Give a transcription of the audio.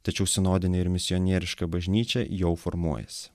tačiau sinodinė ir misionieriška bažnyčia jau formuojasi